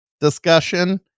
discussion